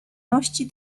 ności